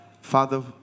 Father